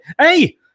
Hey